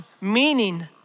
meaning